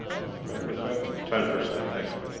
ten percent ten percent thank you